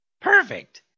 Perfect